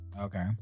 Okay